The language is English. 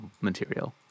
material